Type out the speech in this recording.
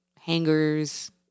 hangers